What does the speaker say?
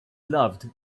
loved